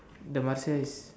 the Marsia is